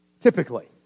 Typically